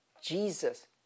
Jesus